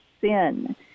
sin